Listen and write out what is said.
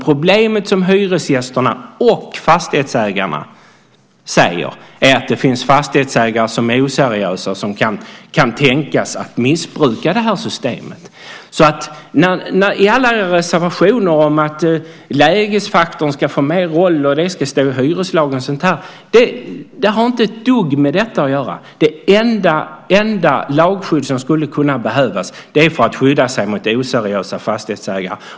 Problemet är, som hyresgästerna och fastighetsägarna säger, att det finns fastighetsägare som är oseriösa och som kan tänkas missbruka det här systemet. Det som sägs i reservationerna om att lägesfaktorn ska få en ökad roll, om vad som ska stå i hyresrättslagen etcetera har alltså inte ett dugg med detta att göra. Det enda lagskydd som skulle kunna behövas är det för att skydda sig mot oseriösa fastighetsägare.